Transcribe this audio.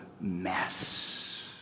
mess